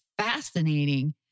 fascinating